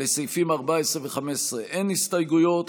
לסעיפים 14 ו-15 אין הסתייגויות,